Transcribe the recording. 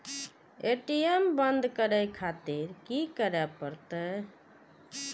ATM बंद करें खातिर की करें परतें?